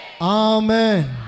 Amen